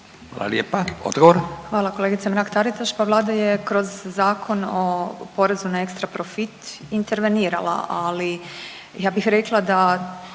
Marijana (Nezavisni)** Hvala kolegice Mrak-Taritaš. Pa Vlada je kroz Zakon o porezu na ekstra profit intervenirala, ali ja bih rekla da